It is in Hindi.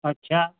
अच्छा